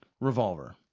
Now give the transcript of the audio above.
revolver